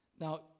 Now